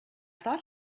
thought